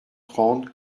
trente